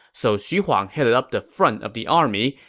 so xu huang headed up the front of the army,